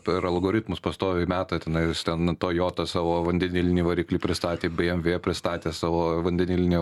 per algoritmus pastoviai meta tenai ten toyota savo vandenilinį variklį pristatė bmv pristatė savo vandenilinį